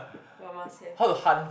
but must have